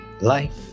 Life